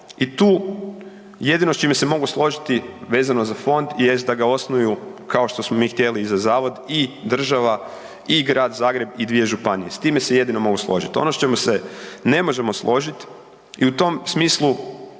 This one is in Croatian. i tu jedino s čime se mogu složiti vezano za fond jest da ga osnuju kao što smo mi htjeli i za zavod i država i Grad Zagreb i dvije županije, s time se jedino mogu složit. Ono s čime se ne možemo složit i u tom smislu